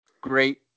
great